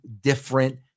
different